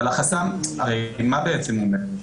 אבל החסם, הרי מה בעצם אומר?